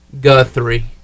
Guthrie